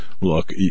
look